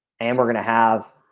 and we're gonna have